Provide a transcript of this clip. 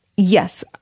Yes